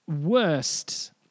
worst